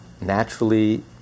naturally